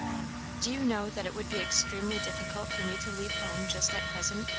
do you know that it would be extremely difficult for me to leave home just at present?